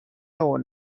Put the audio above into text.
نوع